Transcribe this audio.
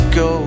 go